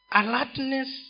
alertness